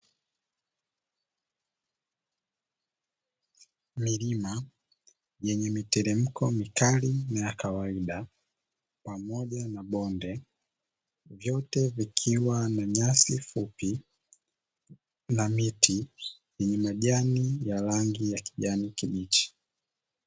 Milima yenye miteremko mikali na ya kawaida pamoja na bonde, vyote vikiwa na nyasi fupi na miti yenye majani ya rangi ya kijani kibichi.